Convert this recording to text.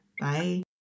Bye